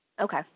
Okay